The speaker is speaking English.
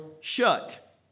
shut